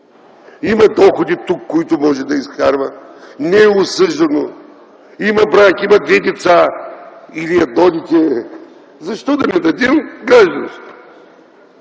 имат доходи тук, които могат да изкарват, не е осъждано, има брак, има две деца или едно дете – защо да не дадем гражданство